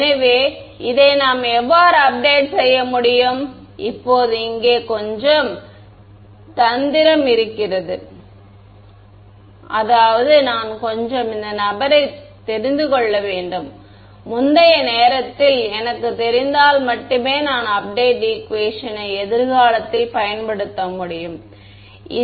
எனவே இதை நாம் எவ்வாறு அப்டேட் செய்ய முடியும் இப்போது இங்கே கொஞ்சம் தந்திரம் இருக்கிறது அதாவது நான் கொஞ்சம் இந்த நபரை நான் தெரிந்து கொள்ள வேண்டும் முந்தைய நேரத்தில் எனக்குத் தெரிந்தால் மட்டுமே நான் அப்டேட் ஈகுவேஷன் யை எதிர்காலத்தில் பயன்படுத்த முடியும் இந்த